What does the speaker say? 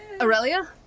Aurelia